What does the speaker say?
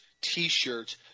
t-shirts